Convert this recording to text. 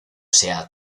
sea